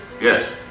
Yes